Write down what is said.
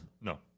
No